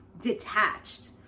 detached